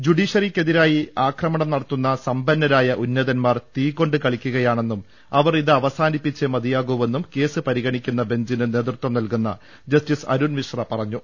ജുഡീഷ്യറിക്കെതിരായി ആക്രമണം നടത്തുന്ന സമ്പന്നരായ ഉന്നതന്മാർ തീക്കൊണ്ട് കളിക്കുകയാണെന്നും അവർ ഇത് അവസാനിപ്പിച്ചേ മതിയാകൂവെന്നും കേസ് പരിഗണിക്കുന്ന ബഞ്ചിന് നേതൃത്വം നൽകുന്ന ജസ്റ്റിസ് അരുൺമിശ്ര പറഞ്ഞു